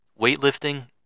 weightlifting